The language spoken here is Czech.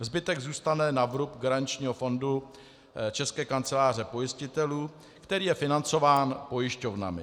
Zbytek zůstane na vrub garančního fondu České kanceláře pojistitelů, který je financován pojišťovnami.